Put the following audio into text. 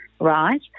right